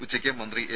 ഉച്ചയ്ക്ക് മന്ത്രി എ